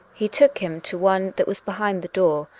he took him to one that was behind the door,